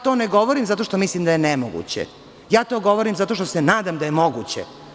To ne govorim zato što mislim da je nemoguće, govorim zato što se nadam da je moguće.